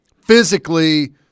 Physically